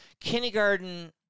Kindergarten